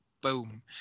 Boom